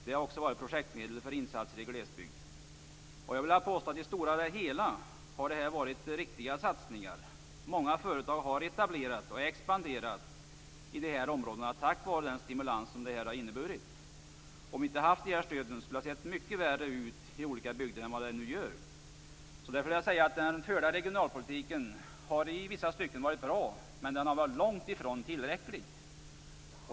Det har också varit projketmedel för insatser i glesbygd. Jag vill påstå att detta i det stora hela har varit riktiga satsningar. Många företag har etablerat sig och expanderat i dessa områden tack vare den stimulans som detta har inneburit. Om dessa stöd inte hade funnits hade det sett mycket värre ut i olika bygder än vad det nu gör. Därför vill jag säga att den förda regionalpolitiken har varit bra i vissa stycken, men den har varit långt ifrån tillräcklig.